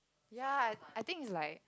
ya I I think is like